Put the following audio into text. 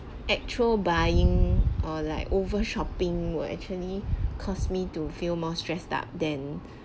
actual buying or like over shopping will actually cause me to feel more stressed out then